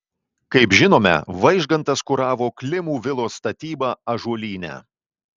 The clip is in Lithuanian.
kaip žinome vaižgantas kuravo klimų vilos statybą ąžuolyne